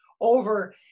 over